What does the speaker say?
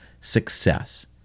success